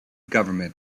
government